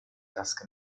task